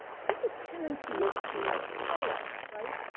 people's tendency is to highlight, right?